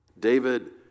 David